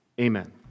Amen